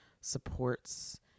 supports